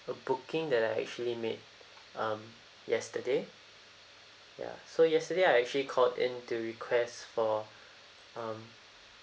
a booking that I actually made um yesterday ya so yesterday I actually called in to request for um